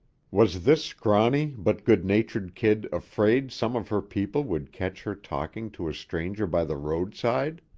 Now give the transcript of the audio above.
was this scrawny but good-natured kid afraid some of her people would catch her talking to a stranger by the roadside?